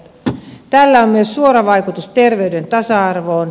tällä on myös suora vaikutus terveyden tasa arvoon